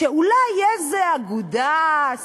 שאולי תהיה איזו אגודה-עמותה,